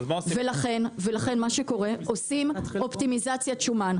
לכן מה שקורה, עושים אופטימיזציית שומן.